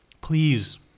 please